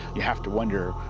you have to wonder,